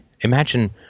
Imagine